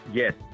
yes